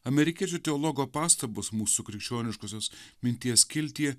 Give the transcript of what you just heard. amerikiečių teologo pastabos mūsų krikščioniškosios minties skiltyje